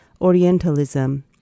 Orientalism